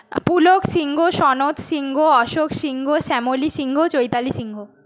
Pulak Singh Sanat Singh Ashok Singh Shyamali Singh Chaitali Singh